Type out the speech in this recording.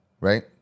Right